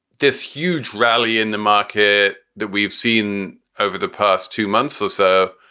this huge rally in the market that we've seen over the past two months as a.